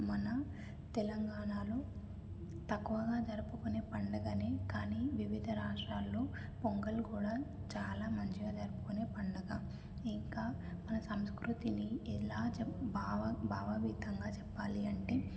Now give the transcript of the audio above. మన తెలంగాణాలో తక్కువగా జరుపుకునే పండగని కానీ వివిధ రాష్ట్రాల్లో పొంగల్ కూడా చాలా మంచిగా జరుపుకునే పండగ ఇంకా మన సంస్కృతిని ఎలా భావ భావ విధంగా చెప్పాలి అంటే